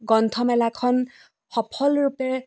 গ্ৰন্থমেলাখন সফল ৰূপেৰে